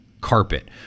carpet